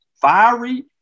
fiery